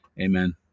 Amen